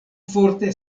forte